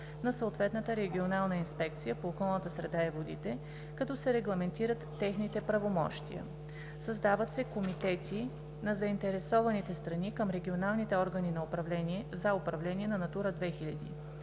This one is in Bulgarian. на съответната Регионална инспекция по околната среда и водите, като се регламентират техните правомощия. Създават се комитети на заинтересованите страни към регионалните органи за управление на „Натура 2000“.